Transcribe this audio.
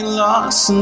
lost